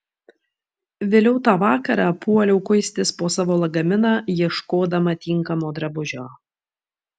vėliau tą vakarą puoliau kuistis po savo lagaminą ieškodama tinkamo drabužio